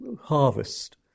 harvest